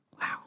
Wow